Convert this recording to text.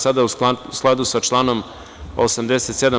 Sada u skladu sa članom 87.